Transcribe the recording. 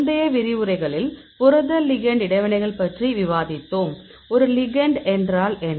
முந்தைய விரிவுரைகளில் புரத லிகெண்ட் இடைவினைகள் பற்றி விவாதித்தோம் ஒரு லிகெண்ட் என்றால் என்ன